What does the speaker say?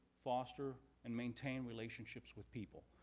foster, and maintain relationships with people.